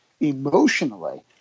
emotionally